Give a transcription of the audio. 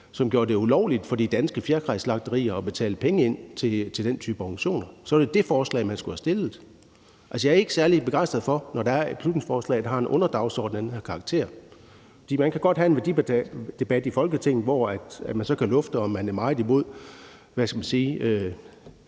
som gjorde det ulovligt for de danske fjerkræslagterier at betale penge ind til den type organisationer. Så var det det forslag, man skulle have fremsat. Jeg er ikke særlig begejstret, når der er et beslutningsforslag, der har en underdagsorden af den her karakter. For man kan godt have en værdidebat i Folketinget, hvor man så kan lufte, om man er meget imod